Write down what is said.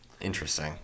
Interesting